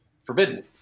forbidden